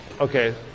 Okay